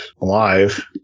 alive